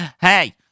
Hey